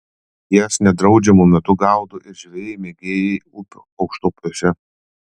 jas nedraudžiamu metu gaudo ir žvejai mėgėjai upių aukštupiuose